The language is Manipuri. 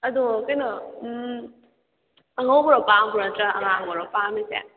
ꯑꯗꯣ ꯀꯩꯅꯣ ꯑꯉꯧꯕ ꯄꯥꯝꯕ꯭ꯔꯥ ꯅꯠꯇ꯭ꯔꯒ ꯑꯉꯥꯡꯕꯔꯣ ꯄꯥꯝꯃꯤꯁꯦ